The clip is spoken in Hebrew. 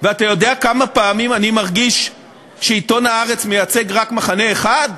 ואתה יודע כמה פעמים אני מרגיש שעיתון "הארץ" מייצג רק מחנה אחד,